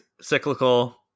cyclical